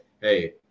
Hey